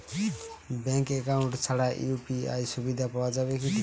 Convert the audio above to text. Bank account ছাড়া UPI সুবিধা পাওয়া যাবে কি না?